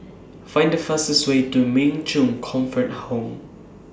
Find The fastest Way to Min Chong Comfort Home